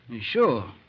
Sure